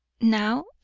now